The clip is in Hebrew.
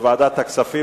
לוועדת הכספים